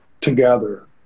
together